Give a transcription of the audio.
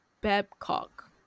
Babcock